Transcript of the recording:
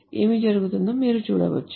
ఏమి జరుగుతుందో మీరు చూడవచ్చు